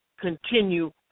continue